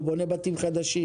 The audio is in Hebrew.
הוא בונה בתים חדשים.